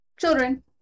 children